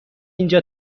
اینجا